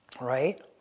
Right